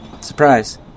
Surprise